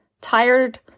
tired